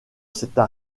s’était